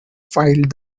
filled